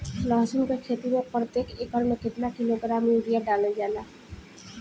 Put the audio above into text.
लहसुन के खेती में प्रतेक एकड़ में केतना किलोग्राम यूरिया डालल जाला?